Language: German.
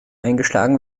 eingeschlagen